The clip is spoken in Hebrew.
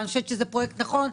אני חושבת שזה פרויקט נכון.